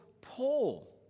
Paul